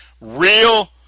real